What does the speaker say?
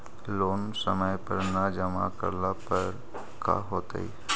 Loan समय पर न जमा करला पर का होतइ?